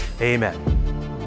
Amen